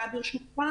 עוד דקה, ברשותך.